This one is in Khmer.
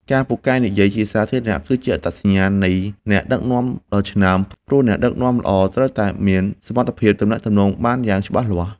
ការពូកែនិយាយជាសាធារណៈគឺជាអត្តសញ្ញាណនៃអ្នកដឹកនាំដ៏ឆ្នើម ព្រោះអ្នកដឹកនាំល្អត្រូវតែមានសមត្ថភាពទំនាក់ទំនងបានយ៉ាងច្បាស់លាស់។